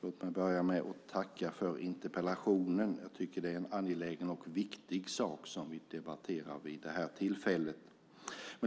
Låt mig börja med att tacka för interpellationen. Jag tycker att det är en angelägen och viktig sak vi debatterar vid det här tillfället.